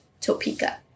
Topeka